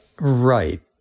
Right